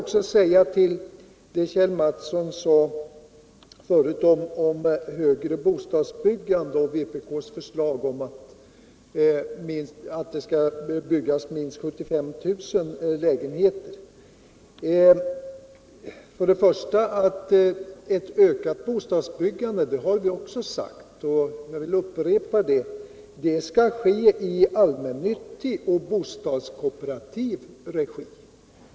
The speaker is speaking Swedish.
Kjell Mattsson talade om eu ökat bostadsbyggande och nämnde vpkförslaget att minst 75 000 lägenheter skall byggas. Vi har sagt att ctt ökat bostadsbyggande — jag vill upprepa detta — skall ske i kommunal och i allmännyttig och bostadskooperativ regi.